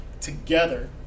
together